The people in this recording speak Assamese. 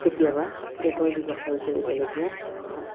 কেতিয়াবা দেহৰ ব্যৱসায়ো কৰিবলগীয়া হয়